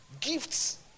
Gifts